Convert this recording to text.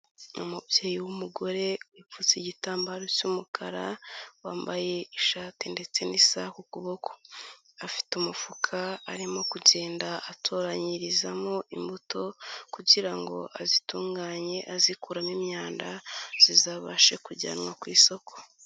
Umubyeyi w'umugore upfutse igitambaro cy'umukara, wambaye ishati ndetse n'isaha ku kuboko. Afite umufuka arimo kugenda atoranyirizamo imbuto kugira ngo azitunganye azikuramo imyanda, zizabashe kujyanwa ku isoko.